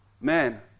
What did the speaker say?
man